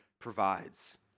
provides